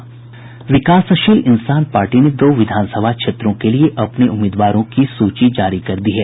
विकासशील इंसान पार्टी ने दो विधानसभा क्षेत्रों के लिए अपने उम्मीदवारों की सूची जारी कर दी है